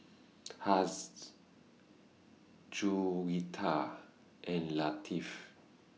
Haziq Juwita and Latif